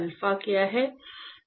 alpha क्या है